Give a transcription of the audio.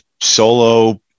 solo